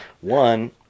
One